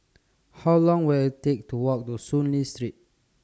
How Long Will IT Take to Walk to Soon Lee Street